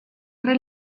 tre